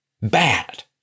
bad